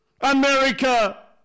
America